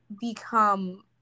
become